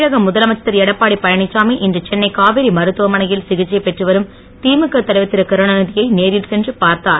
தமிழக முதலமைச்சர் திருஎடப்பாடியழனிச்சாமி இன்று சென்னை காவேரி மருத்துவமனையில் சிகிச்சை பெற்றுவரும் திமுக தலைவர் திருகருணாநிதி யை நேரில் சென்று பார்த்தார்